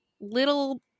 little